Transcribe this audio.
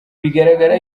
bigaragara